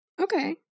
Okay